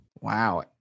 Wow